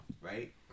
right